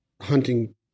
hunting